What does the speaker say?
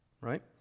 right